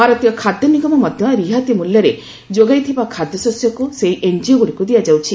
ଭାରତୀୟ ଖାଦ୍ୟ ନିଗମ ମଧ୍ୟ ରିହାତି ମୂଲ୍ୟରେ ଯୋଗାଇଥିବା ଖାଦ୍ୟଶସ୍ୟକୁ ସେହି ଏନ୍ଜିଓଗୁଡ଼ିକୁ ଦିଆଯାଉଛି